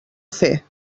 fer